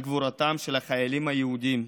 על גבורתם של החיילים היהודים,